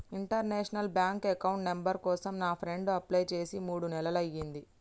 international bank account number కోసం నా friend apply చేసి మూడు నెలలయ్యింది